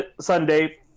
Sunday